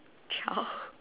chore